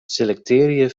selektearje